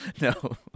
No